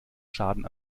schaden